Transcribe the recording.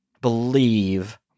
believe